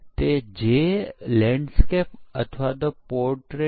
અહી આ ડેટા છે પરંતુ તે વાસ્તવિક ડેટા નથી એક કાલ્પનિક ડેટા છે